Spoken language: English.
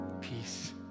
Peace